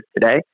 today